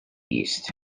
east